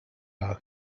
our